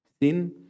Thin